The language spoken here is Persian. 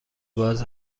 باز